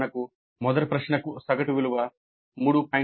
ఉదాహరణకు మొదటి ప్రశ్నకు సగటు విలువ 3